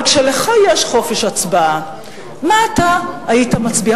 אבל כשלך יש חופש הצבעה, מה אתה היית מצביע?